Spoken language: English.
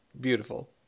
Beautiful